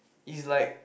it's like